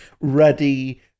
ready